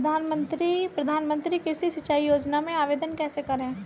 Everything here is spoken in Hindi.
प्रधानमंत्री कृषि सिंचाई योजना में आवेदन कैसे करें?